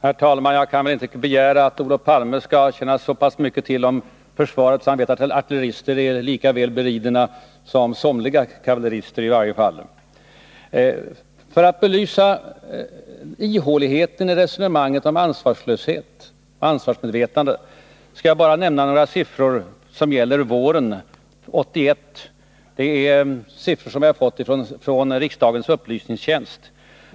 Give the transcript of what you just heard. Herr talman! Jag kan väl inte begära att Olof Palme skall känna till så pass mycket om försvaret att han vet att artillerister en gång var lika väl beridna som i varje fall somliga kavallerister. För att belysa ihåligheten i resonemanget om ansvarslöshet och ansvarsmedvetande skall jag nämna några siffror som gäller våren 1981. Det är siffror som jag fått från riksdagens upplysningstjänst.